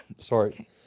Sorry